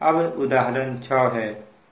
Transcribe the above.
अब उदाहरण 6 है